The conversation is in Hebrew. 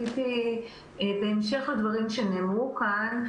בהמשך לדברים שנאמרו כאן,